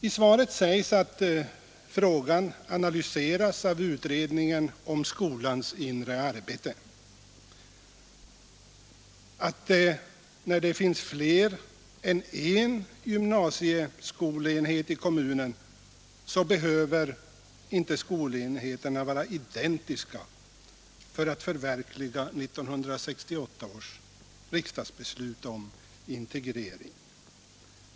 I svaret sägs att frågan analyseras av utredningen om skolans inre arbete och att i de fall då mer än en gymnasieskolenhet finns i kommunen skolenheterna inte behöver vara identiska för att förverkliga 1968 års riksdagsbeslut om integrering.